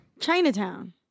Chinatown